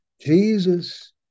jesus